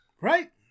right